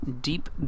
deep